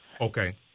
Okay